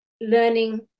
learning